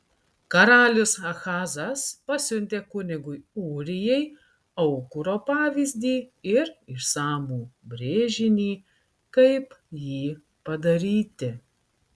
karalius ahazas pasiuntė kunigui ūrijai aukuro pavyzdį ir išsamų brėžinį kaip jį padaryti